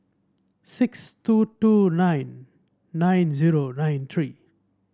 six two two nine nine zero nine three